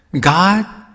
God